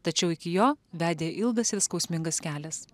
tačiau iki jo vedė ilgas ir skausmingas kelias